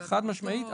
חד-משמעית,